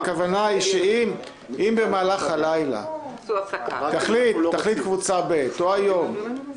הכוונה היא שאם במהלך הלילה תחליט קבוצה ב' או היושב-ראש